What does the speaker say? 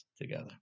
together